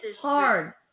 hard